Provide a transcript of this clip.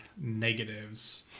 negatives